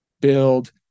build